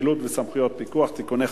(חילוט וסמכויות פיקוח) (תיקוני חקיקה),